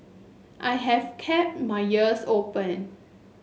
I have kept my ears open